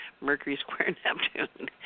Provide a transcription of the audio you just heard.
Mercury-square-Neptune